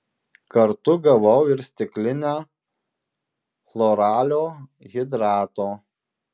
kartu gavau ir stiklinę chloralio hidrato